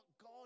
God